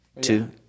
Two